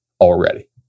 already